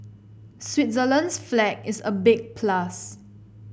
Switzerland's flag is a big plus